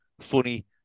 funny